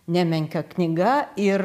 nemenka knyga ir